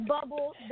bubble